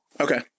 Okay